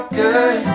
good